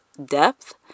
depth